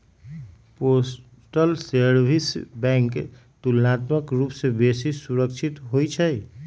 postal saving bank तुलनात्मक रूप से बेशी सुरक्षित होइ छइ